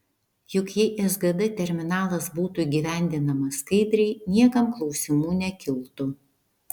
juk jei sgd terminalas būtų įgyvendinamas skaidriai niekam klausimų nekiltų